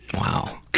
Wow